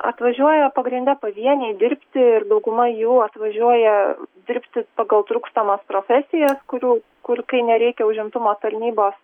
atvažiuoja pagrinde pavieniai dirbti ir dauguma jų atvažiuoja dirbti pagal trūkstamas profesijas kurių kur kai nereikia užimtumo tarnybos